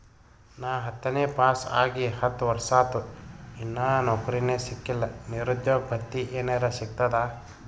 ನಾ ಹತ್ತನೇ ಪಾಸ್ ಆಗಿ ಹತ್ತ ವರ್ಸಾತು, ಇನ್ನಾ ನೌಕ್ರಿನೆ ಸಿಕಿಲ್ಲ, ನಿರುದ್ಯೋಗ ಭತ್ತಿ ಎನೆರೆ ಸಿಗ್ತದಾ?